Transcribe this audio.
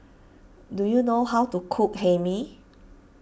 do you know how to cook Hae Mee